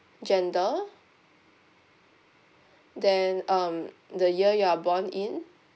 gender then um the year you are born in